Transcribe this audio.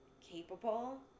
capable